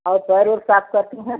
और पैर उर साफ़ करती हैं